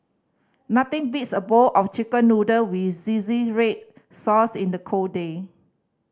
nothing beats a bowl of Chicken Noodle with red sauce in the cold day